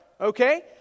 okay